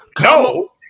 No